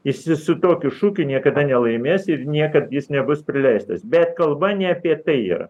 jisai su tokiu šūkiu niekada nelaimės ir niekad jis nebus prileistas bet kalba ne apie tai yra